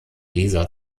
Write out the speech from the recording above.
dieser